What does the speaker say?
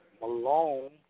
Malone